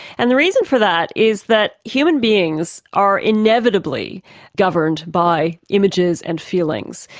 and the reason for that is that human beings are inevitably governed by images and feelings.